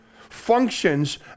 functions